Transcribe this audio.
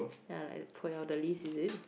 ya the list is it